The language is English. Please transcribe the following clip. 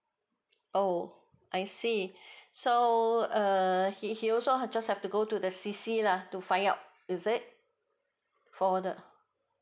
oh I see so err he he also just have to go to the C_C lah to find out is it for the